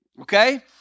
okay